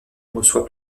reçoit